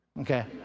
okay